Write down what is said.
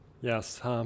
Yes